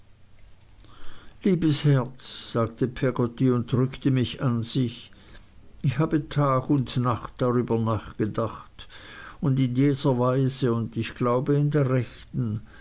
liebes herz sagte peggotty und drückte mich an sich ich habe tag und nacht darüber nachgedacht und in jeder weise und ich glaube in der rechten